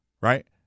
right